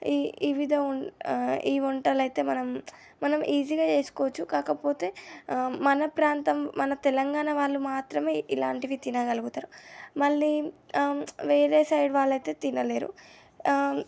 ఈ ఈ విధ ఈ వంటలైతే మనం మనం ఈజీగా చేసుకోవచ్చు కాకపోతే మన ప్రాంతం మన తెలంగాణ వాళ్లు మాత్రమే ఇలాంటివి తినగలుగుతారు మళ్ళీ వేరే సైడ్ వాళ్లయితే తినలేరు